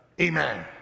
Amen